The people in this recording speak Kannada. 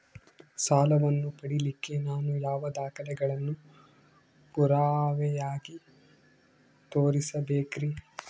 ಸಾಲವನ್ನು ಪಡಿಲಿಕ್ಕೆ ನಾನು ಯಾವ ದಾಖಲೆಗಳನ್ನು ಪುರಾವೆಯಾಗಿ ತೋರಿಸಬೇಕ್ರಿ?